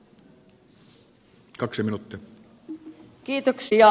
arvoisa puhemies